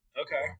Okay